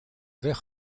weg